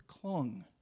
clung